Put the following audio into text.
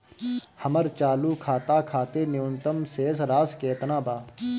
हमर चालू खाता खातिर न्यूनतम शेष राशि केतना बा?